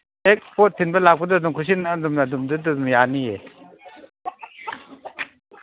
ꯍꯦꯛ ꯄꯣꯠ ꯊꯤꯟꯕ ꯂꯥꯛꯄꯗ ꯑꯗꯨꯝ ꯈꯨꯠꯁꯤꯟꯅ ꯑꯗꯨꯝ ꯑꯗꯨꯗ ꯑꯗꯨꯝ ꯌꯥꯅꯤꯌꯦ